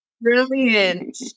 Brilliant